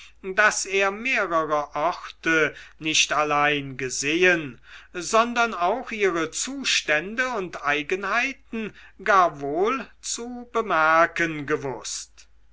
daß er mehrere orte nicht allein gesehen sondern auch ihre zustände und eigenheiten gar wohl zu bemerken gewußt